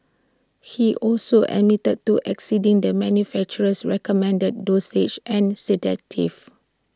he also admitted to exceeding the manufacturer's recommended dosage and sedative